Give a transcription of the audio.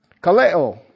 Kaleo